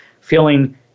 feeling